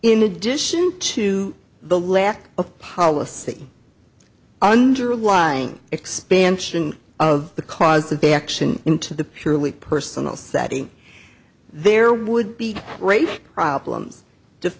in addition to the lack of policy underlying expansion of the cause of action into the purely personal setting there would be great problem